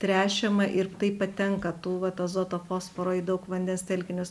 tręšiama ir taip patenka tų vat azoto fosforo į daug vandens telkinius